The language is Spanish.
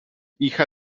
hija